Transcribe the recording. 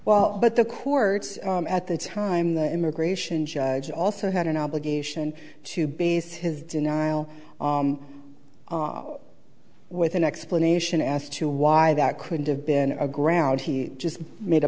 but the courts at the time the immigration judge also had an obligation to base his denial with an explanation as to why that could have been a ground he just made a